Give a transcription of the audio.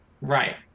Right